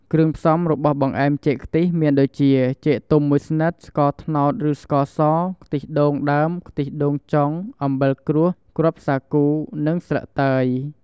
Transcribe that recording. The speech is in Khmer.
គ្រឿងផ្សំរបស់បង្អែមចេកខ្ទះមានដូចជា ចេកទុំមួយស្និត ស្ករត្នោតឬស្ករស ខ្ទិះដូងដើម ខ្ទិះដូងចុង អំបិលក្រួស គ្រាប់សាគូ និងស្លឺកតើយ។